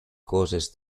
causes